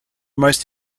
most